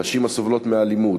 נשים הסובלות מאלימות,